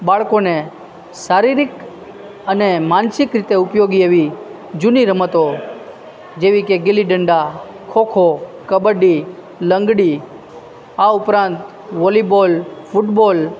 બાળકોને શારીરિક અને માનસિક રીતે ઉપયોગી એવી જૂની રમતો જેવી કે ગીલી દંડા ખોખો કબડ્ડી લંગડી આ ઉપરાંત વોલીબોલ ફૂટબોલ